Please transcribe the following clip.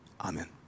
Amen